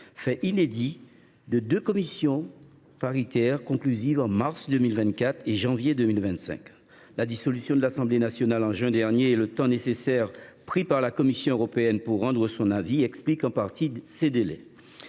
fait inédit, de deux commissions mixtes paritaires conclusives en mars 2024 et en janvier 2025. La dissolution de l’Assemblée nationale en juin dernier et le temps nécessaire pris par la Commission européenne pour rendre son avis expliquent en partie ces délais.